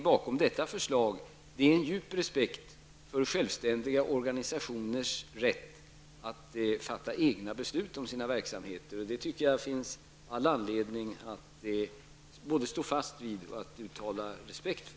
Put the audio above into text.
Bakom detta förslag ligger en djup respekt för självständiga organisationers rätt att fatta egna beslut om sin verksamhet. Det tycker jag finns all anledning att stå fast vid och uttala respekt för.